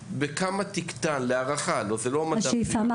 בכמה תקטן להערכה, הלא זה לא מדע מדויק.